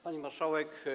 Pani Marszałek!